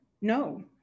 No